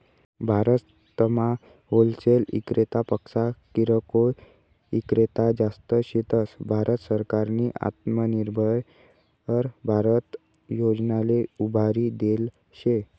भारतमा होलसेल इक्रेतापक्सा किरकोय ईक्रेता जास्त शेतस, भारत सरकारनी आत्मनिर्भर भारत योजनाले उभारी देल शे